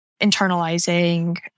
internalizing